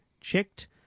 checked